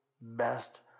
best